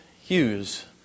Hughes